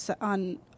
on